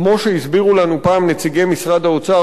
כמו שהסבירו לנו פעם נציגי משרד האוצר